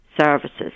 services